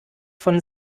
von